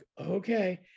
okay